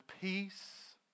peace